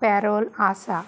payroll आसा